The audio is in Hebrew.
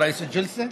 (אומר בערבית: